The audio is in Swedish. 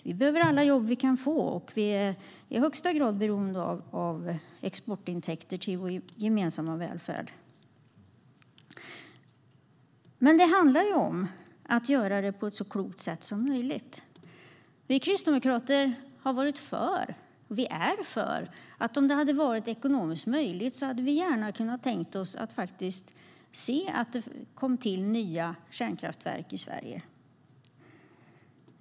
Vi behöver alla jobb som vi kan få, och vi är i högsta grad beroende av exportintäkter till vår gemensamma välfärd. Men det handlar om att göra detta på ett så klokt sätt som möjligt. Vi kristdemokrater är och har varit för att om det hade varit ekonomiskt möjligt hade vi gärna sett att det kom till nya kärnkraftverk i Sverige.